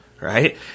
Right